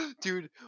dude